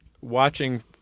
Watching